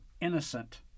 innocent